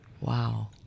Wow